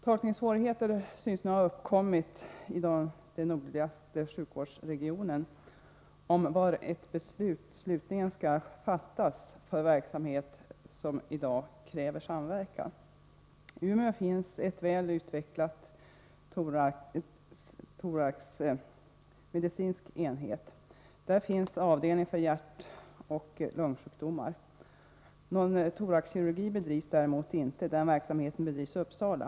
Tolkningssvårigheter synes nu ha uppkommit i den nordligaste sjukvårdsregionen. Det handlar om var ett beslut slutligen skall fattas för verksamhet som i dag kräver samverkan. I Umeå finns en väl utvecklad thoraxmedicinsk enhet. Där finns avdelningar för hjärtoch lungsjukdomar. Någon thoraxkirurgi bedrivs däremot inte; den verksamheten försiggår i Uppsala.